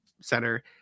center